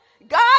God